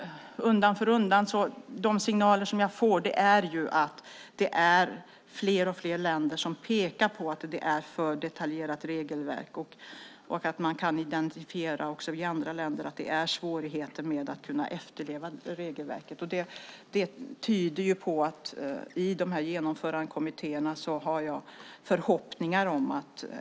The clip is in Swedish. De signaler som vi får är att det är fler och fler länder som pekar på att det är ett för detaljerat regelverk. Man kan också i andra länder identifiera svårigheter med att efterleva regelverket. Med tanke på arbetet i genomförandekommittéerna har jag förhoppningar om förändringar.